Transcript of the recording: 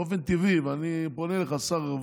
באופן טבעי, אני פונה אליך, שר רווחה,